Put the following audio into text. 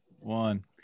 one